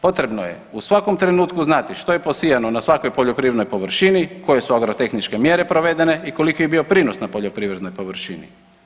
Potrebno je u svakom trenutku znati što je posijano na svakoj poljoprivrednoj površini, koje su agrotehničke mjere provedene i koliki je bio prinos na poljoprivrednoj površini.